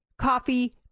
Coffee